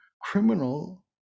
criminal